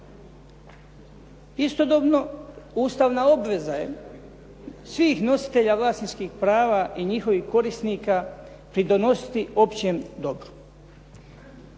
Istodobno, ustavna obveza je svih nositelja vlasničkih prava i njihovih korisnika pridonositi općem dobru.